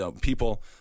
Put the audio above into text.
people